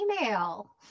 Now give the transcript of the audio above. email